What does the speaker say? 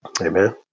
Amen